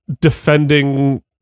defending